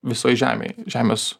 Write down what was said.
visoj žemėj žemės